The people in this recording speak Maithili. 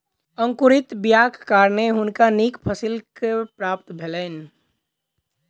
अंकुरित बीयाक कारणें हुनका नीक फसीलक प्राप्ति भेलैन